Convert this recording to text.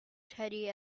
teddy